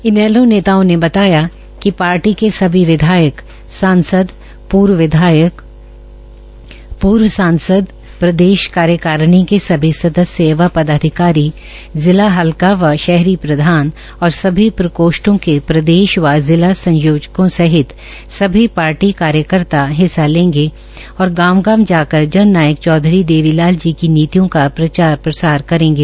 इनेलो नेताओं ने बताया कि पार्टी के सभी विधायक सांसद पूर्व विधायक पूर्व सांसद प्रदेश कार्यकारिणी के सभी सदस्य व पदाधिकारी जिला हलका व शहरी प्रधान और सभी प्रकोष्ठों के प्रदेश व जिला संयोजकों सहित सभी पार्टी कार्यकर्ता हिस्सा लेंगे और गांव गांव जाकर जननायक चौधरी देवीलाल जी की नीतियों का प्रचार प्रसार करेंगे